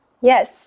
Yes